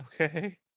Okay